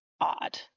odd